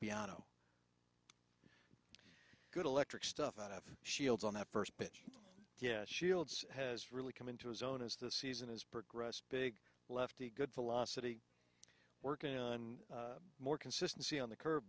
piano good electric stuff out of shields on that first pitch yes shields has really come into his own as the season has progressed big lefty good philosophy working on more consistency on the curve